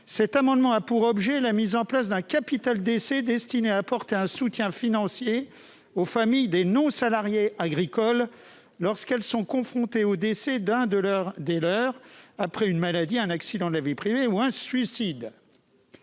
territoires. Il a pour objet la mise en place d'un capital décès, destiné à apporter un soutien financier aux familles des non-salariés agricoles, lorsqu'elles sont confrontées au décès d'un des leurs après une maladie, un accident de la vie privée ou un suicide.